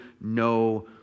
no